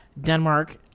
Denmark